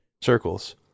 circles